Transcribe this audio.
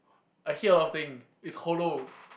I hear a lot of thing it's hollow